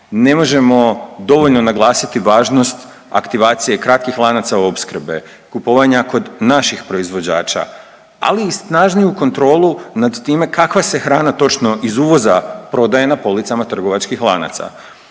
ne možemo dovoljno naglasiti važnost aktivacije kratkih lanaca opskrbe, kupovanja kod naših proizvođača, ali i snažniju kontrolu nad time kakva se hrana točno iz uvoza prodaje na policama trgovačkih lanaca.